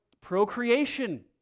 procreation